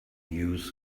use